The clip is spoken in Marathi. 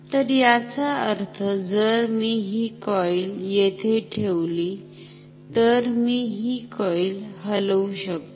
तर याचा अर्थ जर मी हि कॉईल येथे ठेवली तर मी हि कॉईल हलवु शकतो